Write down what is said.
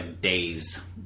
days